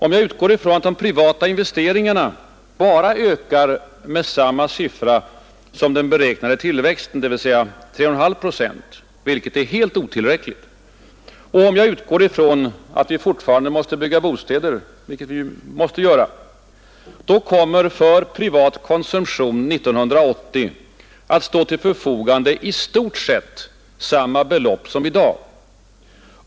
Om jag utgår ifrån att de privata investeringarna bara ökar med samma siffra som den beräknade tillväxten, dvs. 3,5 procent, vilket är helt otillräckligt, och om jag utgår ifrån att vi fortfarande måste bygga bostäder, vilket vi måste göra, då kommer för privat konsumtion 1980 att stå till förfogande i stort sett samma belopp som i dag.